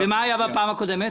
ומה היה בפעם הקודמת?